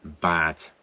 bad